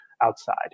outside